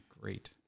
great